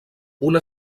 una